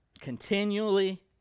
Continually